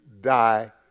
die